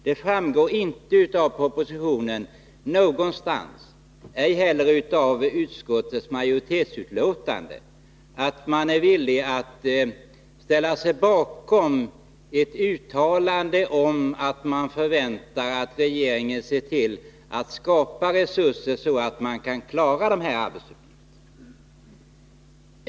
Det framgår inte någonstans i propositionen och ej heller av utskottets majoritetsutlåtande att man är villig att ställa sig bakom ett uttalande om att man förväntar att regeringen ser till att skapa resurser för att klara de arbetsuppgifterna.